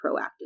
proactive